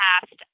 past